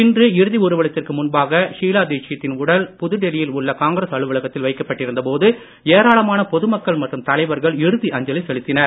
இன்று இறுதி ஊர்வலத்திற்கு முன்பாக ஷீலா தீட்சித்தின் உடல் புதுடெல்லி யில் உள்ள காங்கிரஸ் அலுவலகத்தில் வைக்கப்பட்டிருந்த போது ஏராளமான பொதுமக்கள் மற்றும் தலைவர்கள் இறுதி அஞ்சலி செலுத்தினர்